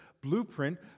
Blueprint